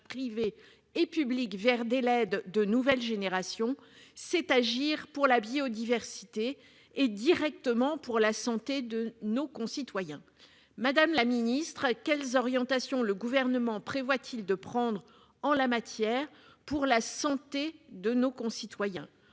privés et publics vers des LED de nouvelle génération, c'est agir pour la biodiversité et directement pour la santé de nos concitoyens. Madame la Ministre quelles orientations le gouvernement prévoit-t-il de prendre en la matière pour la santé de nos concitoyens.